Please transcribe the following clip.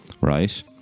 right